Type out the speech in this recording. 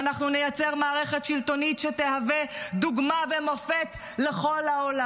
ואנחנו נייצר מערכת שלטונית שתהווה דוגמה ומופת לכל העולם.